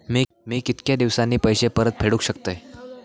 मी कीतक्या दिवसांनी पैसे परत फेडुक शकतय?